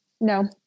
no